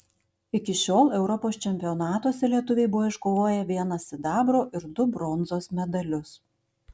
iki šiol europos čempionatuose lietuviai buvo iškovoję vieną sidabro ir du bronzos medalius